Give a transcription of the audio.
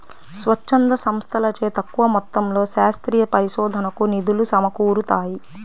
స్వచ్ఛంద సంస్థలచే తక్కువ మొత్తంలో శాస్త్రీయ పరిశోధనకు నిధులు సమకూరుతాయి